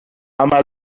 عملا